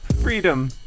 freedom